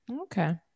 Okay